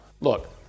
Look